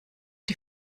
die